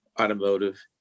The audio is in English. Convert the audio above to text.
automotive